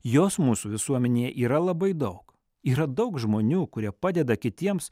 jos mūsų visuomenėje yra labai daug yra daug žmonių kurie padeda kitiems